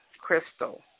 crystal